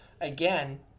again